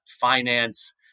finance